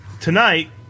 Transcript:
Tonight